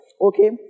okay